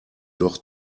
doch